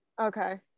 okay